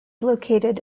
located